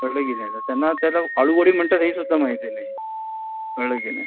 कळलं की नाही त्यांना त्याला अळूवडी म्हणतात हे सुद्धा माहिती नाही कळलं की नाही